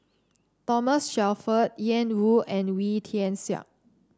Thomas Shelford Ian Woo and Wee Tian Siak